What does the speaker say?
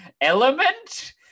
element